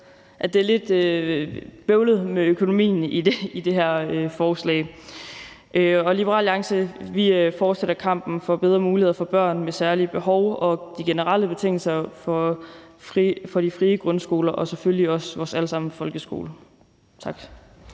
at det er lidt bøvlet med økonomien i det her forslag. Liberal Alliance fortsætter kampen for bedre muligheder for børn med særlige behov og de generelle betingelser for de frie grundskoler og selvfølgelig også vores alle sammens folkeskole. Tak.